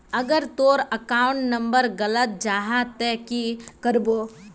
अगर तोर account number गलत जाहा ते की करबो?